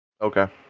Okay